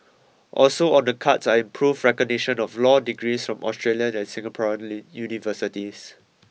also on the cards are improved recognition of law degrees from Australian and Singaporean universities